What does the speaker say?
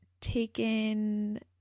taken